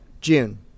June